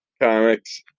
Comics